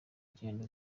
ngendo